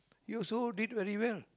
he also did very well